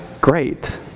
great